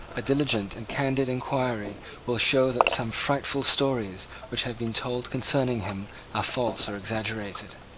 a diligent and candid enquiry will show that some frightful stories which have been told concerning him are false or exaggerated.